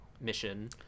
mission